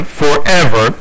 forever